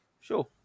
Sure